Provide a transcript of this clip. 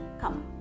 come